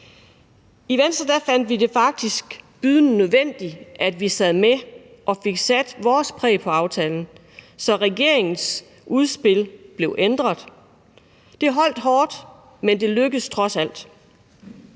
I Venstre fandt vi det faktisk bydende nødvendigt, at vi sad med og fik sat vores præg på aftalen, så regeringens udspil blev ændret. Det holdt hårdt, men det lykkedes trods alt.